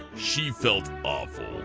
she felt awful,